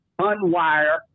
unwire